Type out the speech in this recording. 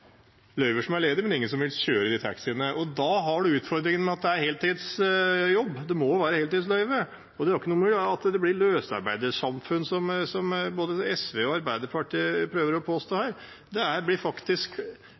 ingen som vil kjøre taxi. Da har man utfordringen med at det er en heltidsjobb, at det må være heltidsløyve. Det har ikke noe å gjøre med at det blir løsarbeidersamfunn, som både SV og Arbeiderpartiet prøver å påstå her. Det blir faktisk